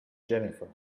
jennifer